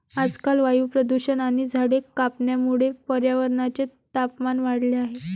आजकाल वायू प्रदूषण आणि झाडे कापण्यामुळे पर्यावरणाचे तापमान वाढले आहे